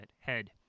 head